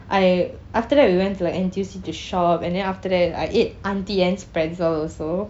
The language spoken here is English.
I after that we went to like N_T_U_C to shop and then after that I ate auntie anne's pretzel also